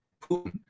Putin